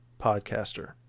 podcaster